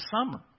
summer